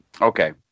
Okay